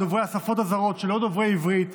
על דוברי השפות הזרות שאינם דוברי עברית,